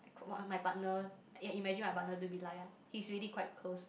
what uh my partner imagine what my partner to be like ah he's really quite close